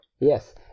Yes